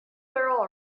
girl